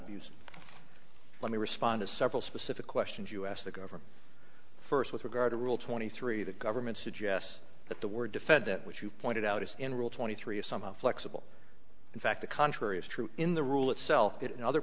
abuse let me respond as several specific questions you asked the governor first with regard to rule twenty three the government suggests that the word defendant which you pointed out is in rule twenty three is somehow flexible in fact the contrary is true in the rule itself it in other